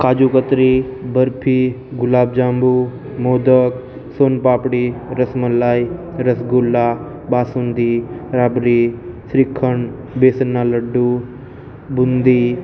કાજુકતરી barfi gulab jamun modak soan papdi ras malai rasgulla basundi rabri shrikhand બેસનના લડ્ડુ બુંદી